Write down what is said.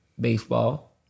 baseball